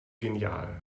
genial